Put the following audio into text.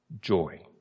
joy